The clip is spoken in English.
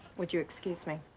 would you excuse me?